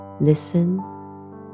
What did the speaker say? Listen